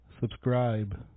subscribe